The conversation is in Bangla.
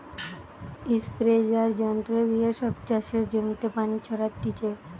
স্প্রেযাঁর যন্ত্র দিয়ে সব চাষের জমিতে পানি ছোরাটিছে